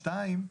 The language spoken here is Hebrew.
שניים,